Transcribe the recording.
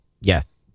yes